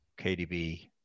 KDB